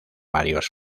varios